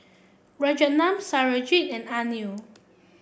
Rajaratnam Satyajit and Anil